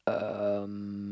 um